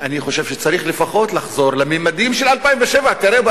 שצריך לפחות לחזור לממדים של 2007. תראה,